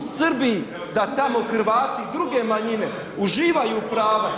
u Srbiji da tamo Hrvati druge manjine uživaju prava.